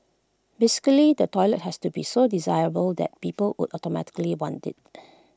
basically the toilet has to be so desirable that people would automatically want IT